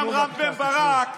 רם בן ברק,